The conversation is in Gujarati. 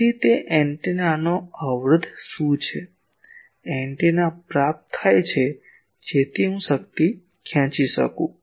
તેથી તે એન્ટેનાનો અવરોધ શું છે એન્ટેના પ્રાપ્ત થાય છે જેથી હું શક્તિ ખેંચી શકું